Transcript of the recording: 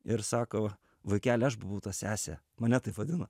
ir sako vaikeli aš buvau ta sesė mane taip vadino